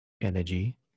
energy